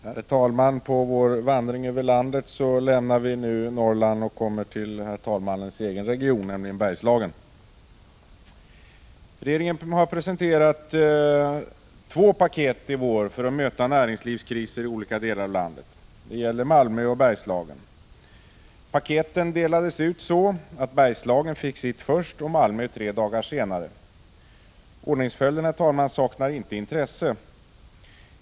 Herr talman! På vår vandring över landet lämnar vi nu Norrland och kommer till herr talmannens egen region, nämligen Bergslagen. Regeringen har presenterat två paket i vår för att möta näringslivskriser i olika delar av landet. Det gäller Malmö och Bergslagen. Paketen delades ut så att Bergslagen fick sitt först och Malmö sitt tre dagar senare. Ordningsföljden saknar inte intresse.